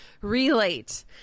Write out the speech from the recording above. Relate